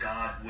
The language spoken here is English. God